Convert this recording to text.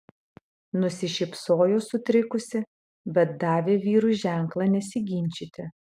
nusišypsojo sutrikusi bet davė vyrui ženklą nesiginčyti